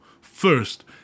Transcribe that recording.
first